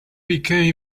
became